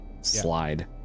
slide